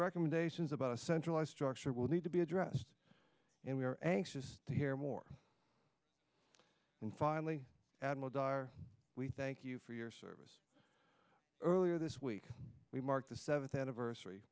recommendations about a centralized structure will need to be addressed and we are anxious to hear more and finally add more dire we thank you for your service earlier this week we mark the seventh anniversary